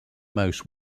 most